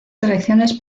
selecciones